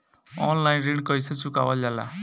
Online ऋण कईसे चुकावल जाला?